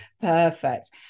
Perfect